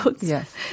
Yes